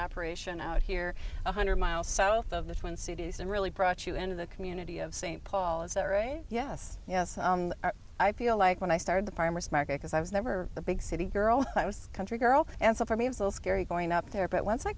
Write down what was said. operation out here one hundred miles south of the twin cities and really brought you into the community of st paul is there a yes yes i feel like when i started the farmer's market because i was never a big city girl i was a country girl and so for me was little scary going up there but once i